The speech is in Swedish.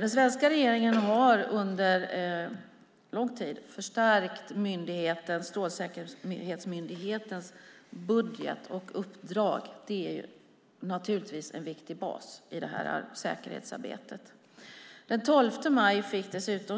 Den svenska regeringen har under lång tid förstärkt Strålsäkerhetsmyndighetens budget och uppdrag. Det är naturligtvis en viktig bas i säkerhetsarbetet. Den 12 maj fick